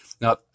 Now